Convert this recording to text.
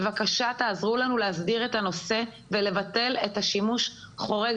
בבקשה תעזרו לנו להסדיר את הנושא ולבטל את השימוש החורג